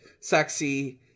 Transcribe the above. sexy